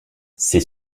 c’est